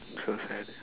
so sad